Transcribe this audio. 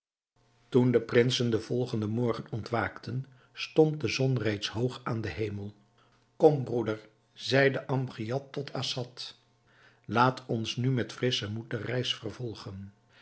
toen de prinsen den volgenden morgen ontwaakten stond de zon reeds hoog aan den hemel kom broeder zeide amgiad tot assad laat ons nu met frisschen moed de reis vervolgen